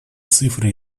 цифры